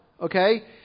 Okay